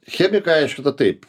chemikai aiškina taip